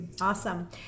Awesome